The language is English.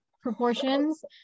proportions